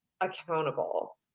accountable